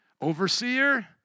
overseer